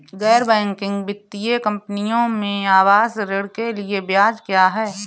गैर बैंकिंग वित्तीय कंपनियों में आवास ऋण के लिए ब्याज क्या है?